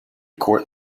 court